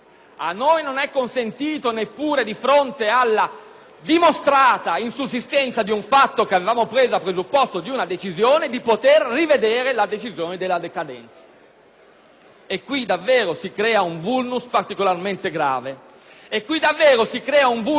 dimostrata insussistenza di un fatto che andava preso a presupposto di una decisione, di poter rivedere la decisione della decadenza. Qui davvero si crea un *vulnus* particolarmente grave, anche - e bene